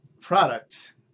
product